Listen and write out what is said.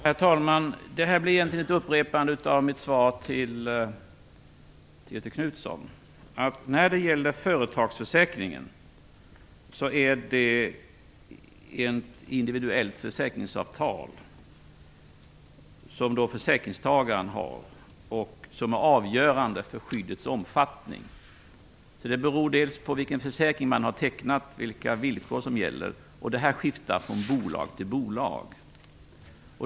Herr talman! Detta blir egentligen en upprepning av mitt svar till Göthe Knutson. Företagsförsäkringen är ett individuellt försäkringsavtal som försäkringstagaren tecknar och som är avgörande för skyddets omfattning. Det beror alltså på vilken försäkring man har tecknat, vilka villkor som gäller. Detta skiftar från bolag till bolag.